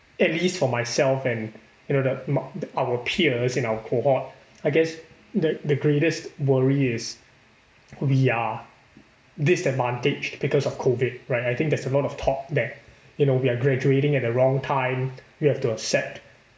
at least for myself and you know the marked our peers in our cohort I guess the the greatest worry is we are disadvantaged because of COVID right I think there's a lot of talk that you know we're graduating at the wrong time we have to accept